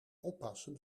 oppassen